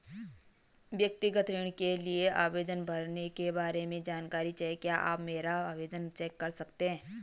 व्यक्तिगत ऋण के लिए आवेदन भरने के बारे में जानकारी चाहिए क्या आप मेरा आवेदन चेक कर सकते हैं?